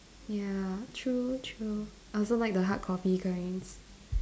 ya true true I also like the hard copy kinds